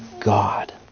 God